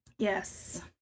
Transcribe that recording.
Yes